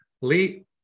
Lee